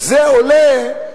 זה עולה,